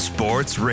Sports